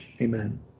Amen